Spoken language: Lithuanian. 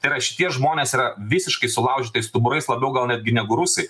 tai yra šitie žmonės yra visiškai sulaužytais stuburais labiau gal netgi negu rusai